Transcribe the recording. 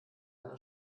einer